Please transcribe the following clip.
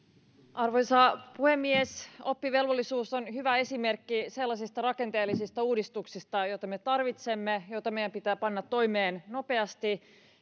arvoisa puhemies oppivelvollisuus on hyvä esimerkki sellaisista rakenteellisista uudistuksista joita me tarvitsemme joita meidän pitää panna toimeen nopeasti